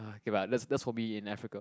ah okay lah that's that's probably in Africa